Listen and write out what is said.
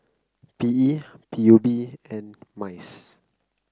P E P U B and MICE